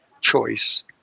choice